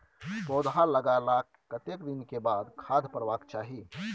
पौधा लागलाक कतेक दिन के बाद खाद परबाक चाही?